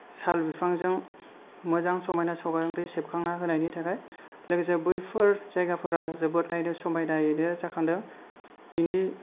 साल बिफांजों मोजां समायना सावगारि सेबखांना होनायनि थाखाय लोगोसे बैफोर जायगाफोरा जोबोद नायनो समायनायैनो जाखांदों बिनि